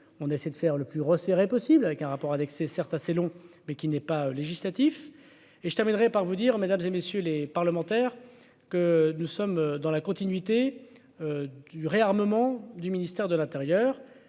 on essaie de faire le plus resserrées possible avec un rapport annexé certes assez long, mais qui n'est pas législatif et je t'par vous dire, mesdames et messieurs les parlementaires que nous sommes dans la continuité du réarmement du ministère de l'Intérieur